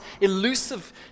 elusive